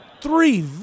three